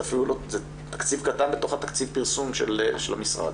זה תקציב קטן בתוך תקציב הפרסום של המשרד.